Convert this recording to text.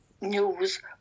news